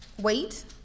Wait